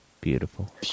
Beautiful